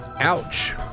Ouch